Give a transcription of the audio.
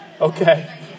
Okay